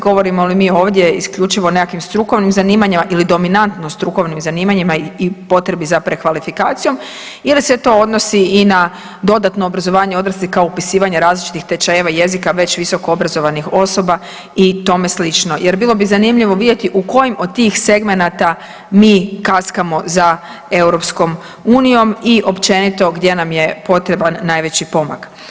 Govorimo li mi ovdje isključivo o nekakvim strukovnim zanimanjima ili dominantno strukovnim zanimanjima i potrebi za prekvalifikacijom ili se to odnosi i na dodatno obrazovanje odraslih kao upisivanje različitih tečajeva jezika već visokoobrazovanih osoba i tome sl., jer bilo bi zanimljivo vidjeti u kojim od tih segmenata mi kaskamo za Europskom unijom i općenito gdje nam je potreban najveći pomak.